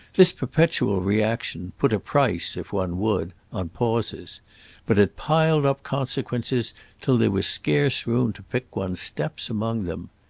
this perpetual reaction put a price, if one would, on pauses but it piled up consequences till there was scarce room to pick one's steps among them.